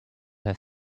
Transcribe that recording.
have